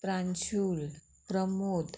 Pranshul Pramod